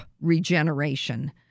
regeneration